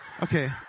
Okay